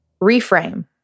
Reframe